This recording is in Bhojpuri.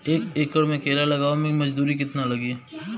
एक एकड़ में केला लगावे में मजदूरी कितना लागी?